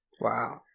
Wow